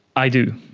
i do,